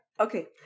Okay